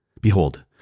behold